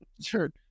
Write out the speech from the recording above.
Sure